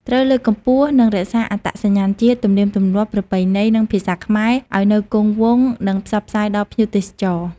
ត្រូវ លើកកម្ពស់ និងរក្សាអត្តសញ្ញាណ ជាតិ ទំនៀមទម្លាប់ ប្រពៃណី និង ភាសាខ្មែរ ឲ្យនៅគង់វង្ស និងផ្សព្វផ្សាយដល់ភ្ញៀវទេសចរ។